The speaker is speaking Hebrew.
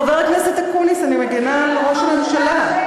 חבר הכנסת אקוניס, אני מגינה על ראש הממשלה,